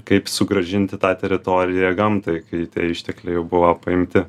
kaip sugrąžinti tą teritoriją gamtai kai tie ištekliai jau buvo paimti